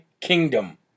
kingdom